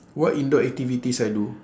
what indoor activities I do